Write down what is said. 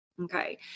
Okay